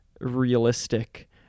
realistic